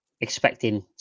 expecting